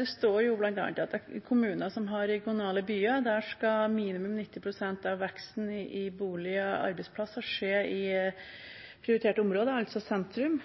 det bl.a. at i kommuner som har regionale byer, skal minimum 90 pst. av veksten i boliger og arbeidsplasser skje i prioriterte områder, altså sentrum.